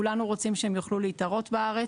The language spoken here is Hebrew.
כולנו רוצים שהם יוכלו להתערות בארץ,